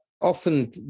Often